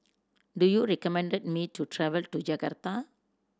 do you recommend me to travel to Jakarta